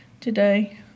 today